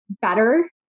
better